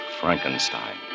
Frankenstein